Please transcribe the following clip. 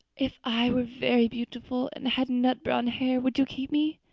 if i was very beautiful and had nut-brown hair would you keep me?